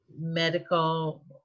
medical